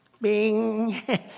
Bing